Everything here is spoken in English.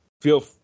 feel